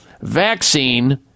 vaccine